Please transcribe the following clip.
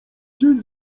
czy